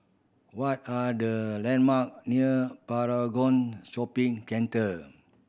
what are the landmark near Paragon Shopping Center